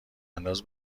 انداز